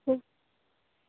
ठीक